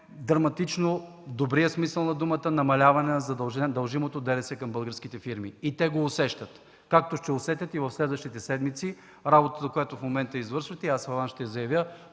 драматично в добрия смисъл на думата намаляване на дължимото ДДС към българските фирми. И те го усещат, както ще усетят и в следващите седмици работата, която в момента извършвате и аз в аванс ще я заявя